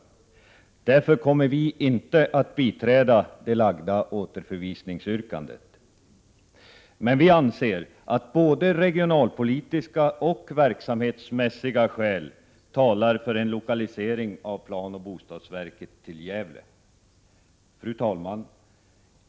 Därför kommer vi inte att biträda det framlagda återförvisningsyrkandet. Vi anser emellertid att både regionalpolitiska och verksamhetsmässiga skäl talar för en lokalisering av planoch bostadsverket till Gävle. Fru talman!